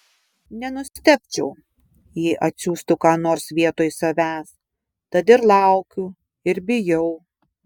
nenustebčiau jei atsiųstų ką nors vietoj savęs tad ir laukiu ir bijau